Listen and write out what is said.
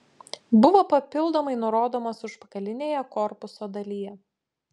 buvo papildomai nurodomas užpakalinėje korpuso dalyje